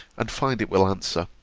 and find it will answer.